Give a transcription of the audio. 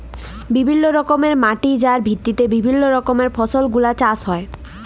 বিভিল্য রকমের মাটি যার ভিত্তিতে বিভিল্য রকমের ফসল গুলা চাষ হ্যয়ে